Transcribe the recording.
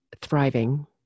thriving